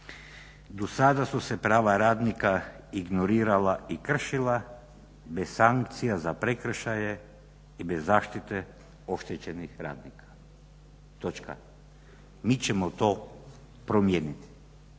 Do sada su se prava radnika ignorirala i kršila bez sankcija za prekršaje i bez zaštite oštećenih radnika. Mi ćemo to promijeniti.